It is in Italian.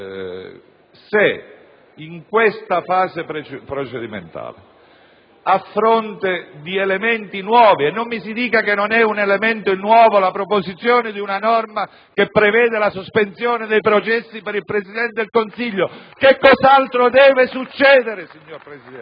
della proposta in discussione. E non mi si dica che non è un elemento nuovo la proposizione di una norma che prevede la sospensione dei processi per il Presidente del Consiglio: che cos'altro deve succedere, signor Presidente?